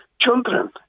children